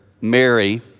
Mary